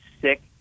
sick